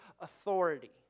authority